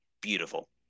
beautiful